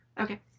Okay